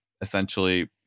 essentially